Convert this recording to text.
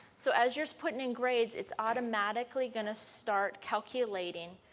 so as just put in in grades, it's automatically going to start calculating